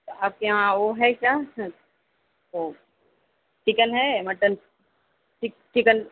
آپ کے یہاں وہ ہے کیا وہ چکن ہے مٹن چکن